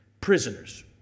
prisoners